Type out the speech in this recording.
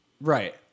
Right